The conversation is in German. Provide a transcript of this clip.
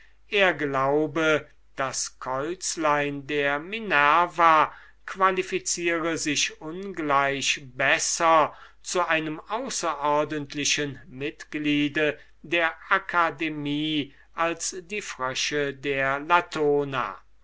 er glaube das käuzlein der minerva qualificiere sich ungleich besser zu einem außerordentlichen mitgliede der akademie als die frösche der latona